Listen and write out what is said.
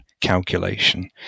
calculation